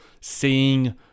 seeing